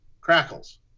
crackles